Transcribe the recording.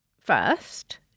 first